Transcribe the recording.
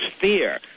fear